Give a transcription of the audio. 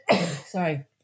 sorry